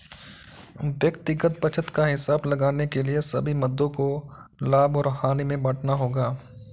व्यक्तिगत बचत का हिसाब लगाने के लिए सभी मदों को लाभ और हानि में बांटना होगा